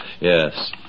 Yes